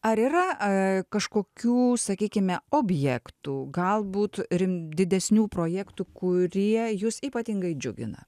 ar yra kažkokių sakykime objektų galbūt rim didesnių projektų kurie jus ypatingai džiugina